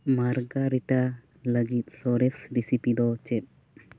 margarita ᱞᱟ ᱜᱤᱫ ᱥᱚᱨᱮᱥ ᱨᱤᱥᱤᱯᱤ ᱫᱚ ᱪᱮᱫ